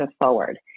forward